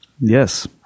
Yes